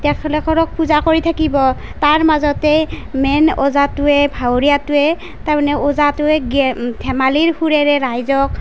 তেখেতক পূজা কৰি থাকিব তাৰ মাজতে মেইন ওজাটোৱে ভাৱৰীয়াটোৱে তাৰ মানে ওজাটোৱে গেইম ধেমালিৰ সুৰেৰে ৰাইজক